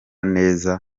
neza